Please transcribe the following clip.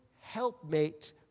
helpmate